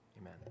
Amen